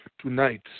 Tonight